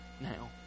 now